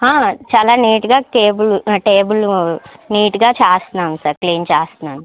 చాలా నీట్గా table table నీట్గా చేస్తున్నాం సార్ క్లీన్ చేస్తున్నాను